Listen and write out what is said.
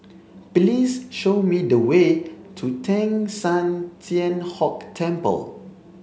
please show me the way to Teng San Tian Hock Temple